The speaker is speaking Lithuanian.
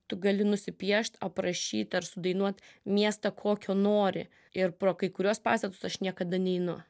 tu gali nusipiešt aprašyt ar sudainuot miestą kokio nori ir pro kai kuriuos pastatus aš niekada neinu